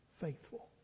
faithful